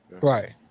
Right